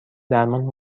درمان